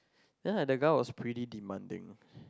then like the guy was pretty demanding